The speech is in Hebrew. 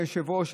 אדוני היושב-ראש,